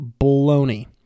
baloney